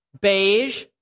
beige